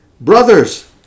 Brothers